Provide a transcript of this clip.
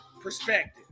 perspective